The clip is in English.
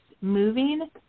moving